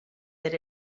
that